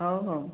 ହଉ ହଉ